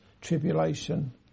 tribulation